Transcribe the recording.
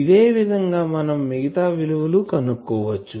ఇదే విధంగా మనం మిగతా విలువలు కనుక్కోవచ్చు